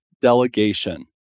delegation